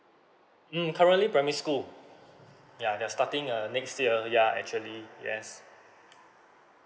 mm currently primary school yeah they're starting uh next year yeah actually yes